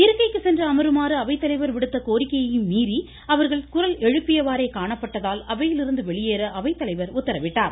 இருக்கைக்கு சென்று அமருமாறு அவைத்தலைவர் அவர்களை விடுத்த கோரிக்கையையும் மீறி எழுப்பியவாறே காணப்பட்டதால் அவையிலிருந்து வெளியேற அவைத் தலைவர் உத்தரவிட்டார்